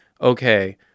okay